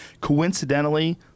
Coincidentally